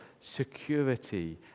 security